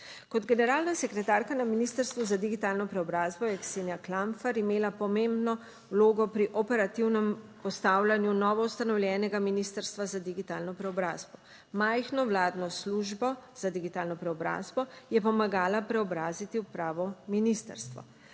Kot generalna sekretarka na Ministrstvu za digitalno preobrazbo je Ksenija Klampfer imela pomembno vlogo pri operativnem postavljanju novoustanovljenega Ministrstva za digitalno preobrazbo. Majhno vladno službo za digitalno preobrazbo je pomagala preobraziti v pravo ministrstvo.